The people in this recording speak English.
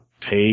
pay